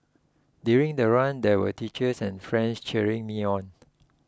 during the run there were teachers and friends cheering me on